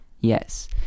Yes